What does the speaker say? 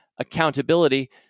accountability